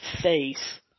Face